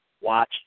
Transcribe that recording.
watch